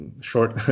short